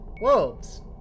wolves